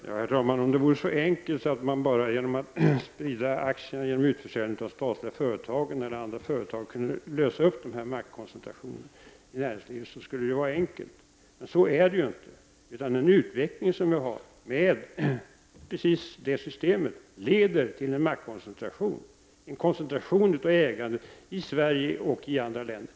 Herr talman! Om det vore så enkelt att man bara genom att sprida aktier via utförsäljning av de statliga företagen eller andra företag kunde lösa upp de här maktkoncentrationerna i näringslivet, vore det ju bra, men så är det inte. Den utveckling vi har med precis det systemet leder i stället till en maktkoncentration, en koncentration av ägandet i Sverige och i andra länder.